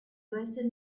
wasted